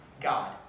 God